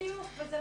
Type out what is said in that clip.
וזה נכון.